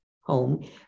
home